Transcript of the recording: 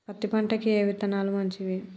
పత్తి పంటకి ఏ విత్తనాలు మంచివి?